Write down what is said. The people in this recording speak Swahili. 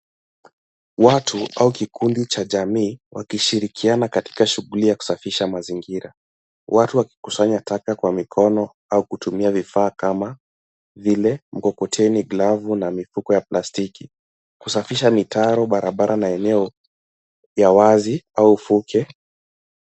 Watu au kikundi cha jamii, wakishirikiana katika shughuli ya kusafisha mazingira. Watu wakikusanya taka kwa mikono, au kutumia vifaa kama vile mikokoteni, glavu na mifuko ya plastiki kusafisha mitaaro ya bararara na maeneo ya wazi au fuke.